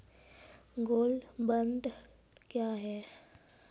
Gold bond क्या है?